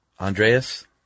Andreas